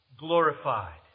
Glorified